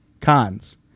Cons